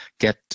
get